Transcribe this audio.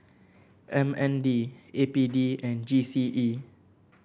M N D A P D and G C E